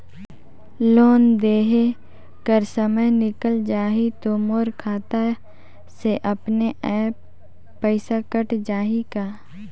Loan देहे कर समय निकल जाही तो मोर खाता से अपने एप्प पइसा कट जाही का?